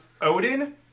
odin